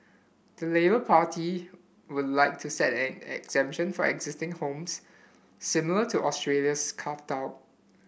the Labour Party would like to set an exemption for existing homes similar to Australia's carve out